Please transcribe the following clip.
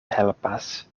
helpas